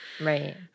Right